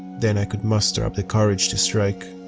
then i could muster up the courage to strike,